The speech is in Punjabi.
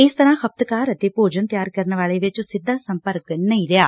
ਇਸ ਤਰ੍ਰਾਂ ਖ਼ਪਤਕਾਰ ਅਤੇ ਭੋਜਨ ਤਿਆਰ ਕਰਨ ਵਾਲੇ ਵਿਚ ਸਿੱਧਾ ਸੰਪਰਕ ਨਹੀਂ ਰਿਹਾ